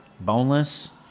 Boneless